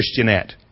Christianette